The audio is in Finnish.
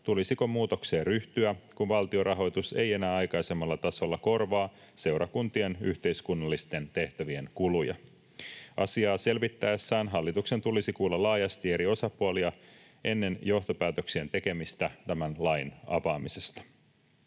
tulisiko muutokseen ryhtyä, kun valtionrahoitus ei enää aikaisemmalla tasolla korvaa seurakuntien yhteiskunnallisten tehtävien kuluja. Asiaa selvittäessään hallituksen tulisi kuulla laajasti eri osapuolia ennen johtopäätöksien tekemistä tämän lain avaamisesta.